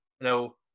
No